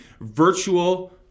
virtual